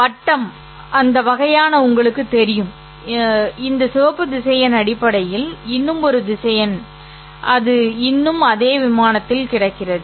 வட்டம் அந்த வகையான உங்களுக்கு தெரியும் இந்த சிவப்பு திசையன் அடிப்படையில் இன்னும் ஒரு திசையன் ஆகும் அது இன்னும் அதே விமானத்தில் கிடக்கிறது